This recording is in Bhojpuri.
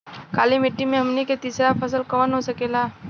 काली मिट्टी में हमनी के तीसरा फसल कवन हो सकेला?